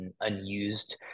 unused